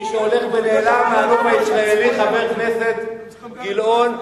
מי שהולך ונעלם מהנוף הישראלי, חבר הכנסת גילאון,